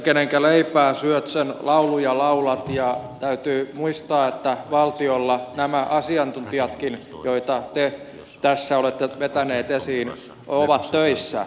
kenen leipää syöt sen lauluja laulat ja täytyy muistaa että valtiolla nämä asiantuntijatkin joita te tässä olette vetäneet esiin ovat töissä